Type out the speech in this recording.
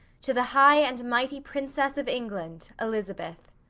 to the high and mighty princesse of england elizabeth.